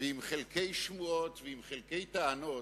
ועם חלקי שמועות, ועם חלקי טענות,